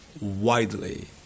widely